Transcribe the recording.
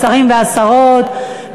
השרים והשרות,